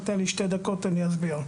תו לי שתי דקות ואני אסביר.